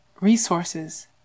resources